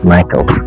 Michael